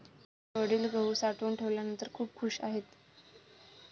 माझे वडील गहू साठवून ठेवल्यानंतर खूप खूश आहेत